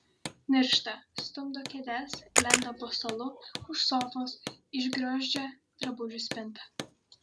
niršta stumdo kėdes lenda po stalu už sofos išgriozdžia drabužių spintą